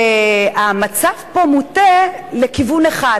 והמצב פה מוטה לכיוון אחד,